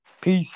Peace